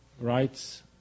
rights